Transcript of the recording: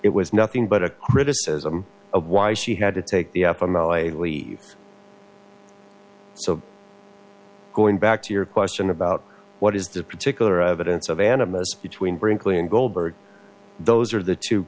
it was nothing but a criticism of why she had to take the up on the a leave so going back to your question about what is the particular evidence of animist between brinkley and goldberg those are the two